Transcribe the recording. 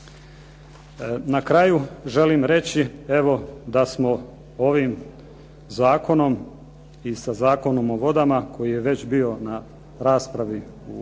Na kraju želim reći evo da smo ovim zakonom i sa Zakonom o vodama koji je već bio na raspravi u ovom